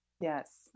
Yes